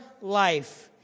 life